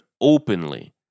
openly